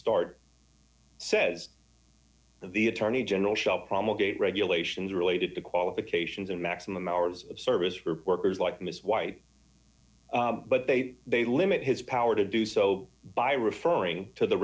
start says the attorney general shall promulgated regulations related to qualifications and maximum hours of service reporters like miss white but they may limit his power to do so by referring to the